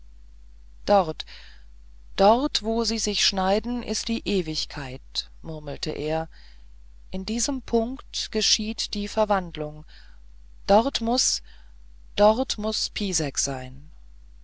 zusammenliefen dort wo sie sich schneiden ist die ewigkeit murmelte er in diesem punkt geschieht die verwandlung dort muß dort muß pisek sein